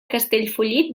castellfollit